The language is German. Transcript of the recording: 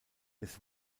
des